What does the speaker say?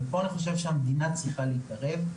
פה המדינה צריכה להתערב,